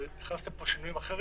אבל הכנסתם פה שינויים אחרים.